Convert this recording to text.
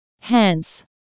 Hence